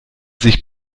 sich